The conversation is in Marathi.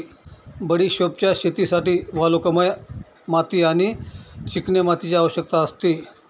बडिशोपच्या शेतीसाठी वालुकामय माती आणि चिकन्या मातीची आवश्यकता असते